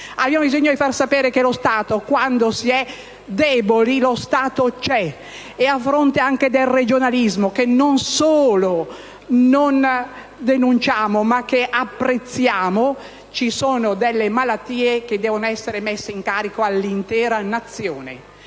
Abbiamo bisogno di far sapere che, quando si è deboli, lo Stato c'è, anche a fronte del regionalismo che non solo non denunciamo, ma apprezziamo; alcune malattie, però, devono essere messe in carico all'intera Nazione.